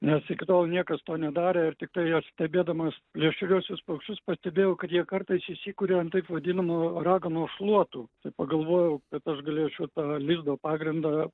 nes iki tol niekas to nedarė ir tiktai juos stebėdamas plėšriuosius paukščius pastebėjau kad jie kartais įsikuria ant taip vadinamo raganų šluotų tai pagalvojau kad aš galėčiau tą lizdo pagrindą